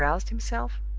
he roused himself,